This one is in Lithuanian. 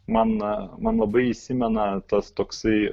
man man labai įsimena tas toksai